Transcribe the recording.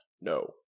no